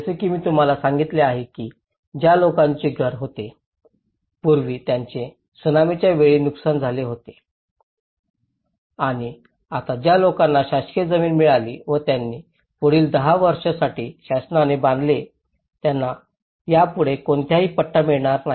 जसे की मी तुम्हाला सांगितले आहे की ज्या लोकांचे घर होते पूर्वी ज्यांचे त्सुनामीच्या वेळी नुकसान झाले होते आणि आता ज्या लोकांना शासकीय जमीन मिळाली व त्यांनी पुढील दहा वर्षांसाठी शासनाने बांधले त्यांना यापुढे कोणताही पट्टा मिळणार नाही